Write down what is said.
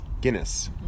Guinness